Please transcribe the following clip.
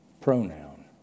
pronoun